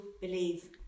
believe